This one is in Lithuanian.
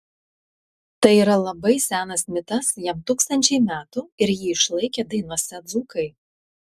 tai yra labai senas mitas jam tūkstančiai metų ir jį išlaikė dainose dzūkai